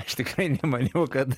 aš tikrai nemaniau kad